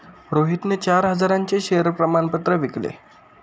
रोहितने चार हजारांचे शेअर प्रमाण पत्र विकले